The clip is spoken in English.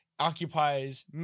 Occupies